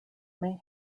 may